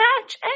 match